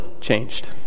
changed